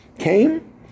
Came